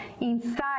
inside